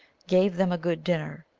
gave them a good dinner.